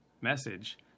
message